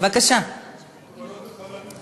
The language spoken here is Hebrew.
על הבמה.